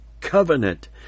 covenant